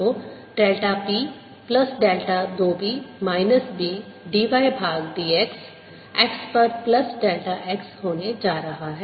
तो delta p plus delta 2 p minus B dy भाग dx x पर plus delta x होने जा रहा है